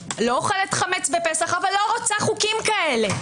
לא אוכלת חמץ בפסח אבל לא רוצה חוקים כאלה.